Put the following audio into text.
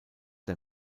der